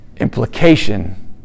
implication